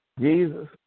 Jesus